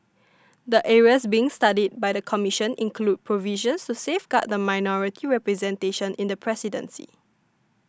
the areas being studied by the Commission include provisions to safeguard minority representation in the presidency